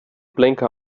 blinker